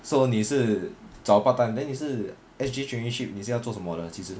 so 你是找 part time then 你是 S_G traineeship 你是要做什么的其实